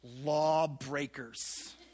lawbreakers